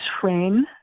train